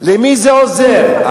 למי זה עוזר?